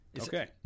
Okay